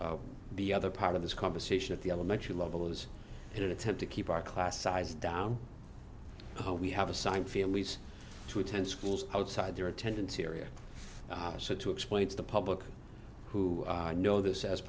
so the other part of this conversation at the elementary level is in an attempt to keep our class size down home we have assigned families to attend schools outside their attendance syria so to explain to the public who know this as